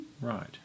Right